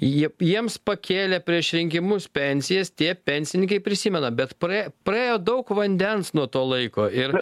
jiem jiems pakėlė prieš rinkimus pensijas tie pensininkai prisimena bet praėjo praėjo daug vandens nuo to laiko ir